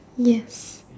yes